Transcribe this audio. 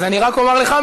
אז אני רק אומר לך,